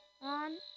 On